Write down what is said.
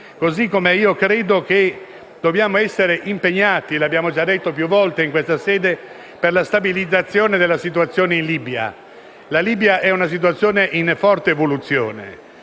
Così come credo che dobbiamo essere impegnati - l'abbiamo già detto più volte in questa sede - per la stabilizzazione della situazione in Libia. La situazione in Libia è in forte evoluzione.